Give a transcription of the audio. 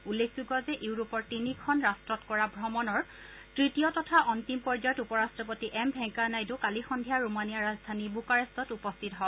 উল্লেখযোগ্য যে ইউৰোপৰ তিনিখন ৰাষ্টত কৰা ভ্ৰমণৰ তৃতীয় তথা অন্তিম পৰ্যয়ত উপ ৰট্টপতি এম ভেংকায়া নাইডু কালি সন্ধিয়া ৰোমানিয়াৰ ৰাজধানী বুকাৰেষ্টত উপস্থিত হয়